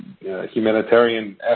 humanitarian